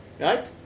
right